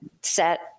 set